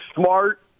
smart